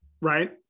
right